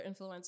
influencers